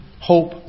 hope